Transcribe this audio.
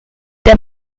der